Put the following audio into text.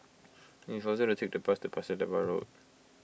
it is faster to take the bus to Pasir Laba Road